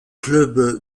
club